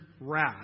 wrath